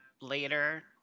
later